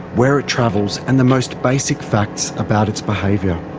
where it travels and the most basic facts about its behaviour.